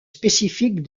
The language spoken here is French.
spécifiques